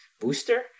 booster